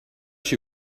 she